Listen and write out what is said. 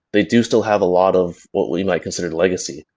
they do still have a lot of what we might consider legacy.